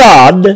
God